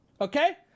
okay